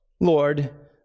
Lord